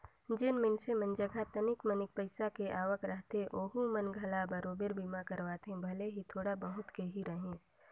जेन मइनसे मन जघा तनिक मनिक पईसा के आवक रहथे ओहू मन घला बराबेर बीमा करवाथे भले ही थोड़ा बहुत के ही रहें